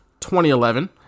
2011